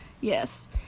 Yes